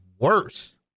worse